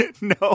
no